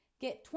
get